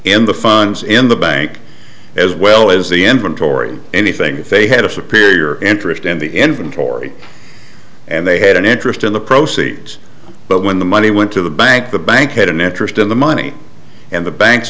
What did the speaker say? in the funds in the bank as well as the inventory anything they had a superior interest in the inventory and they had an interest in the proceeds but when the money went to the bank the bank had an interest in the money and the bank's